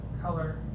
color